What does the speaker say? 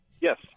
Yes